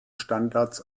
standards